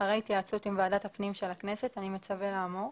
ואחרי התייעצות עם ועדת הפנים של הכנסת אני מצווה לאמור: